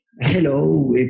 Hello